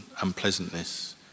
unpleasantness